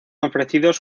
ofrecidos